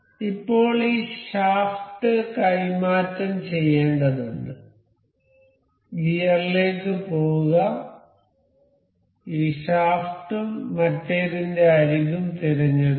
ഇപ്പോൾ ഈ ഷാഫ്റ്റ് കൈമാറ്റം ചെയ്യേണ്ടതുണ്ട് ഗിയറിലേക്ക് പോകുക ഈ ഷാഫ്റ്റും മറ്റേതിന്റെ അരികും തിരഞ്ഞെടുക്കുക